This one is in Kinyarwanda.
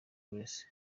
grace